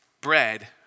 bread